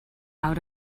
out